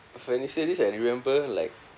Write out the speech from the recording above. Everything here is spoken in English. when you say this I remember like